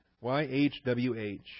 Y-H-W-H